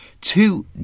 Two